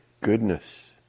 goodness